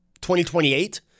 2028